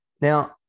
Now